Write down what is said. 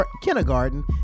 kindergarten